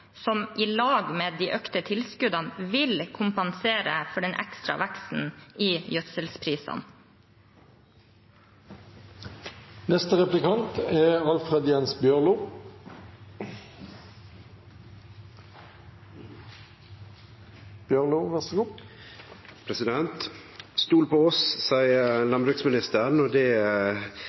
med de økte tilskuddene vil kompensere for den ekstra veksten i gjødselprisene. Stol på oss, seier landbruksministeren, og det er eg glad for. Ho har sjølvtillit på eigne og